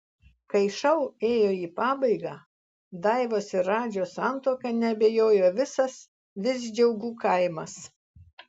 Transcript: kai šou ėjo į pabaigą daivos ir radžio santuoka neabejojo visas visdžiaugų kaimas